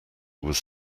was